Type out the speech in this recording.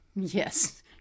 Yes